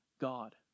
God